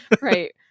right